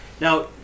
now